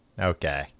Okay